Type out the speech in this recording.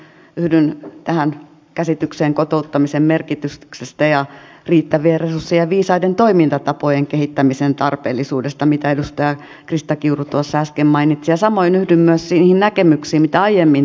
miten tähän käsitykseen kotouttamisen merkitys xis peak viitta verhosi ja viisaiden toimintatapojen kehittämisen tarpeellisuudesta mitä edustaa krista kiuru tuossa äsken mainitsee samoin ymmärsin näkemyksiä mitä aiemmin